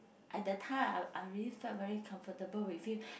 I that time I I really felt very comfortable with him